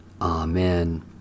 Amen